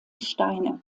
steine